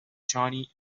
johnny